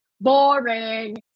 BORING